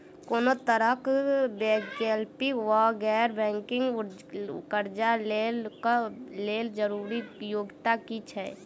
कोनो तरह कऽ वैकल्पिक वा गैर बैंकिंग कर्जा लेबऽ कऽ लेल जरूरी योग्यता की छई?